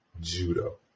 judo